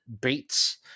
beats